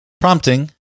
prompting